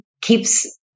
keeps